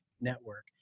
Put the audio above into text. network